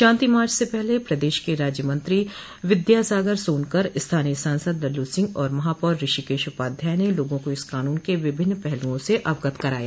शांति march से पहले प्रदेश के राज्यमंत्री विद्यासागर सोनकर स्थानीय सांसद लल्लू सिंह और महापौर ऋषिकेश उपाध्याय ने लोगों को इस क़ानून के विभिन्न पहलुओं से अवगत कराया